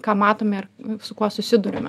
ką matome ir su kuo susiduriame